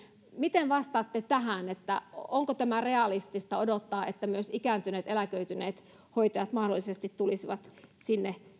miten vastaatte tähän onko tämä realistista odottaa että myös ikääntyneet eläköityneet hoitajat mahdollisesti tulisivat sinne